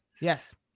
Yes